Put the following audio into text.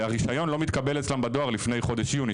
והרישיון לא מתקבל אצלם בדואר לפני חודש יוני,